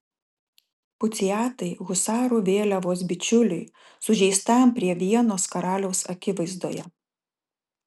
puciatai husarų vėliavos bičiuliui sužeistam prie vienos karaliaus akivaizdoje